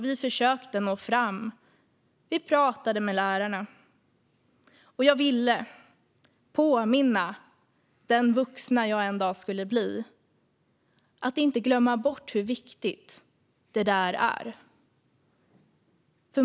Vi försökte nå fram, och vi pratade med lärarna. Jag ville påminna den vuxna jag en dag skulle bli att inte glömma bort hur viktigt detta är.